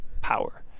power